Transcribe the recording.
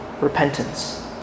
repentance